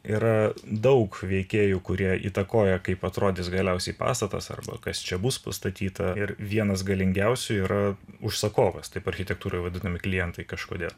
yra daug veikėjų kurie įtakoja kaip atrodys galiausiai pastatas arba kas čia bus pastatyta ir vienas galingiausių yra užsakovas taip architektūroj vadinami klientai kažkodėl